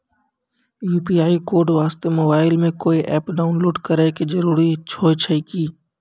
UPI code वास्ते mobile मे कोय एप्प डाउनलोड करे के जरूरी होय छै की?